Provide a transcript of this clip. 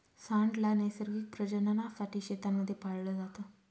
सांड ला नैसर्गिक प्रजननासाठी शेतांमध्ये पाळलं जात